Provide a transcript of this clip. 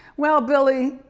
well billy,